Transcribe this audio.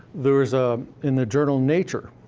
there's, ah in the journal nature,